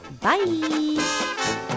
Bye